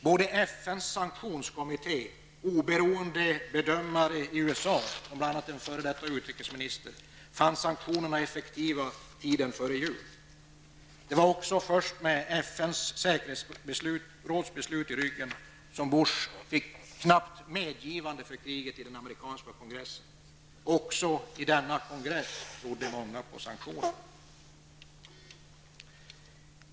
Både FNs sanktionskommitté och oberoende bedömare i USA, bl.a. den f.d. utrikesministern, fann sanktionerna effektiva tiden före jul. Det var också först med FNs säkerhetsråds beslut i ryggen som Bush fick ett knappt medgivande för kriget i den amerikanska kongressen. Också i denna kongress trodde många på sanktionerna.